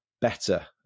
better